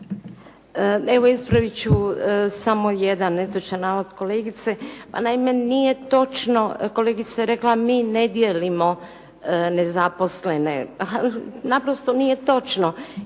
Evo ispravit ću samo jedan netočan navod kolegice. Pa naime nije točno, kolegica je rekla mi ne dijelimo nezaposlene. Naprosto nije točno,